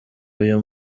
uyu